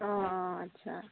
অঁ অঁ আচ্ছা